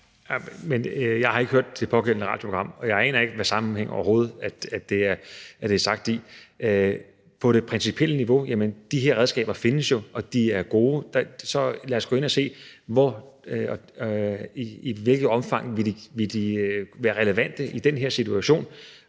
Jeg har ikke hørt det pågældende radioprogram, og jeg aner ikke, hvilken sammenhæng det overhovedet er sagt i. På det principielle niveau vil jeg sige, at de her redskaber jo findes, og de er gode. Så lad os gå ind at se, i hvilket omfang de ville være relevante i den her situation,